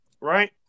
right